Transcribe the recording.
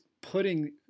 putting